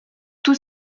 tout